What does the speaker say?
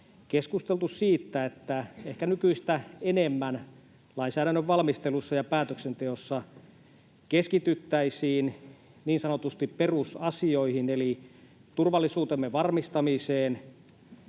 keskusteltu siitä, että ehkä nykyistä enemmän lainsäädännön valmistelussa ja päätöksenteossa keskityttäisiin niin sanotusti perusasioihin eli turvallisuutemme varmistamiseen,